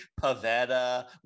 Pavetta